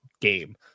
game